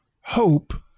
Hope